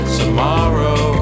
tomorrow